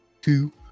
Two